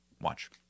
Watch